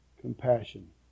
compassion